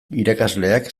irakasleak